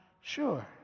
Sure